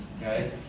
Okay